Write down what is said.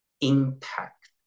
impact